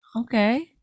Okay